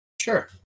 Sure